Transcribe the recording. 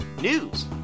news